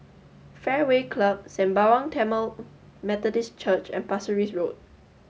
Fairway Club Sembawang Tamil Methodist Church and Pasir Ris Road